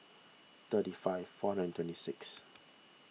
thirty five four hundred twenty six